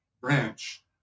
branch